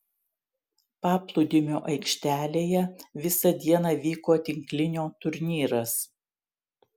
paplūdimio aikštelėje visą dieną vyko tinklinio turnyras